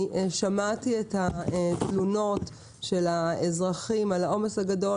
אני שמעתי את התלונות של האזרחים על העומס הגדול,